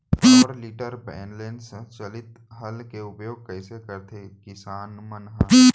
Power tiller बैलेंस चालित हल के उपयोग कइसे करथें किसान मन ह?